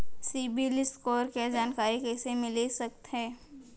CIBIL score के जानकारी कइसे मिलिस सकथे?